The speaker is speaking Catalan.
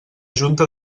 junta